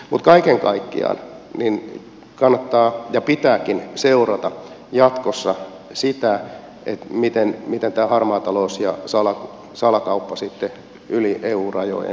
mutta kaiken kaikkiaan kannattaa ja pitääkin seurata jatkossa sitä miten harmaa talous ja salakauppa sitten yli eu rajojen jatkossa kehittyvät